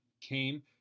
came